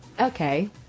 Okay